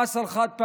המס על חד-פעמי,